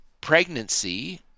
pregnancy